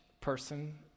person